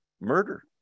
murder